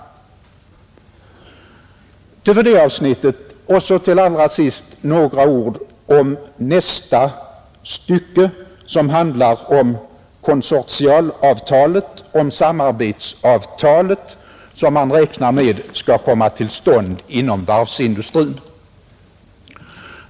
Allra sist några ord om nästa stycke i betänkandet som handlar om konsortialavtalet, det samarbetsavtal som man räknar med skall komma till stånd inom varvsindustrin.